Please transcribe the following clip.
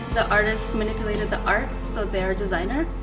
the artist manipulated the art so they're a designer,